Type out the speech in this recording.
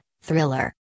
thriller